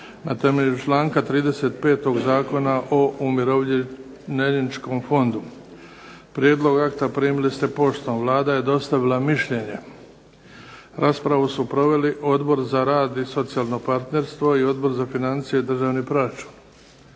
na temelju članka 35. Zakona o umirovljeničkom fondu. Prijedlog akta primili ste poštom. Vlada je dostavila mišljenje. Raspravu su proveli Odbor za rad i socijalno partnerstvo, i Odbor za financije i državni proračun.